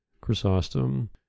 Chrysostom